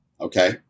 Okay